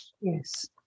Yes